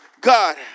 God